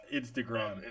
Instagram